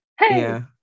Hey